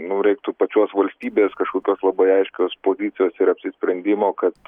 nu reiktų pačios valstybės kažkokios labai aiškios pozicijos ir apsisprendimo kad